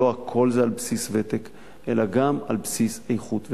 אלא גם על בסיס איכות ומצוינות.